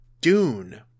Dune